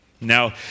Now